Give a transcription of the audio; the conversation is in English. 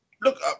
look